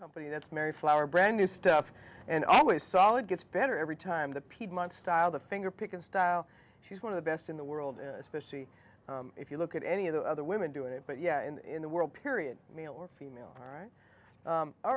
company that's mary flower brand new stuff and always solid gets better every time the piedmont style the finger picking style she's one of the best in the world especially if you look at any of the other women doing it but yeah in the world period male or female all right